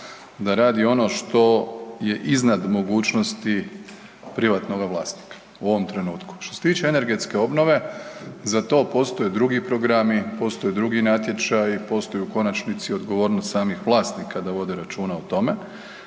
da radi ono je iznad mogućnosti privatnoga vlasnika u ovom trenutku. Što se tiče energetske obnove, za to postoje drugi programi, postoje drugi natječaji, postoje u konačnici odgovornost samih vlasnika da vode računa o tome.